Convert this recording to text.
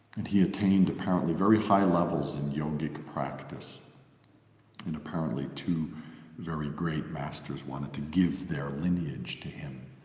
and he attained apparently very high levels in yoga practice and apparently two very great masters wanted to give their lineage to him,